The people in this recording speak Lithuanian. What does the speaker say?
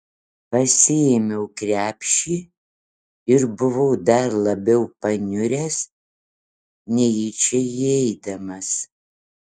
pasiėmiau krepšį ir buvau dar labiau paniuręs nei į čia įeidamas